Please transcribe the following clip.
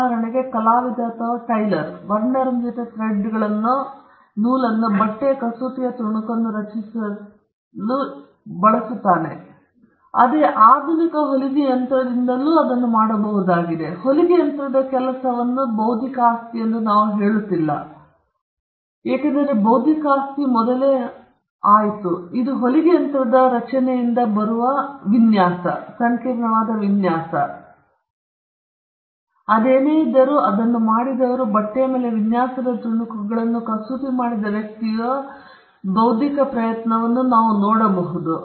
ಉದಾಹರಣೆಗೆ ಕಲಾವಿದ ಅಥವಾ ಟೈಲರ್ ವರ್ಣರಂಜಿತ ಥ್ರೆಡ್ಗಳನ್ನು ಬಟ್ಟೆಯ ಕಸೂತಿಯ ತುಣುಕನ್ನು ರಚಿಸಲು ನಾವು ಹೇಳುತ್ತಿಲ್ಲ ಅದೇ ಆಧುನಿಕ ಹೊಲಿಗೆ ಯಂತ್ರದಿಂದ ಇದನ್ನು ಮಾಡಬಹುದಾಗಿದೆ ಹೊಲಿಗೆ ಯಂತ್ರದ ಕೆಲಸವು ಬೌದ್ಧಿಕ ಆಸ್ತಿಯೆಂದು ನಾವು ಹೇಳುತ್ತಿಲ್ಲ ಏಕೆಂದರೆ ಬೌದ್ಧಿಕ ಆಸ್ತಿ ಮುಂಚೆಯೇ ಹೋಯಿತು ಇದು ಹೊಲಿಗೆ ಯಂತ್ರದ ರಚನೆಯಲ್ಲಿ ವರ್ಣರಂಜಿತ ಥ್ರೆಡ್ ಅನ್ನು ಬಳಸಿಕೊಂಡು ಬಟ್ಟೆಯ ಮೇಲೆ ಈ ಸಂಕೀರ್ಣವಾದ ವಿನ್ಯಾಸಗಳನ್ನು ಮಾಡುವ ಸಾಮರ್ಥ್ಯವನ್ನು ಹೊಂದಿತ್ತು ಅದೇನೇ ಇದ್ದರೂ ಅದನ್ನು ಮಾಡಿದವರು ಅಥವಾ ಬಟ್ಟೆಯ ಮೇಲೆ ವಿನ್ಯಾಸದ ತುಣುಕುಗಳನ್ನು ಕಸೂತಿ ಮಾಡಿದ ವ್ಯಕ್ತಿಯು ಬೌದ್ಧಿಕ ಪ್ರಯತ್ನವನ್ನು ಮಾಡಿದ್ದೇವೆ ಎಂದು ನಾವು ಹೇಳುತ್ತೇವೆ